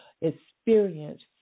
experience